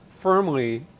firmly